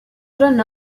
jeune